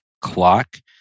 clock